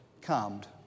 calmed